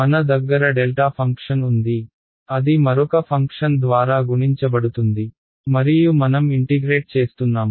మన దగ్గర delta function ఉంది అది మరొక ఫంక్షన్ ద్వారా గుణించబడుతుంది మరియు మనం ఇంటిగ్రేట్ చేస్తున్నాము